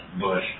Bush